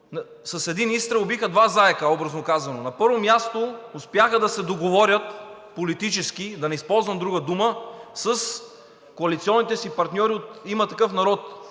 с един изстрел убиха два заека, образно казано. На първо място, успяха да се договорят политически – да не използвам друга дума, с коалиционните си партньори от „Има такъв народ“